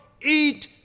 Eat